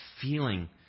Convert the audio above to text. feeling